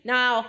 Now